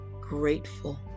grateful